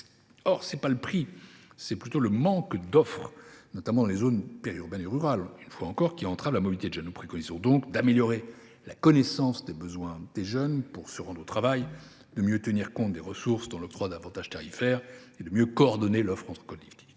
Or c’est non pas le prix, mais plutôt le manque d’offre, notamment dans les zones périurbaines et rurales, qui entrave la mobilité des jeunes. Nous préconisons donc d’améliorer la connaissance de ce dont ils ont besoin pour se rendre au travail, de mieux tenir compte des ressources dans l’octroi d’avantages tarifaires et de mieux coordonner l’offre entre collectivités.